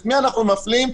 את מי אנחנו מפלים?